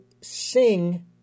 sing